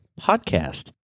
Podcast